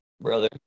brother